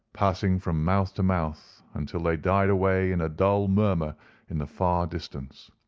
passing from mouth to mouth until they died away in a dull murmur in the far distance.